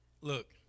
look